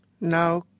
Now